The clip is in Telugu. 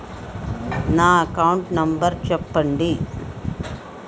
నా అకౌంట్ నంబర్ చెప్పండి?